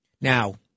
Now